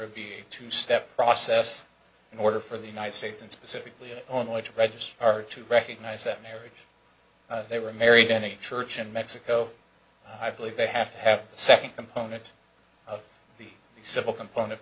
would be a two step process in order for the united states and specifically only to register or to recognize that marriage they were married in a church in mexico i believe they have to have a second component of the civil component